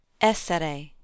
Essere